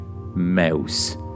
mouse